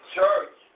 Church